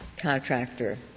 contractor